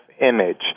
image